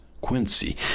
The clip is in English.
quincy